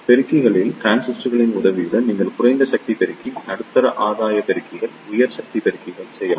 பெருக்கிகளில் டிரான்சிஸ்டர்களின் உதவியுடன் நீங்கள் குறைந்த சக்தி பெருக்கி நடுத்தர ஆதாய பெருக்கிகள் உயர் சக்தி பெருக்கிகள் செய்யலாம்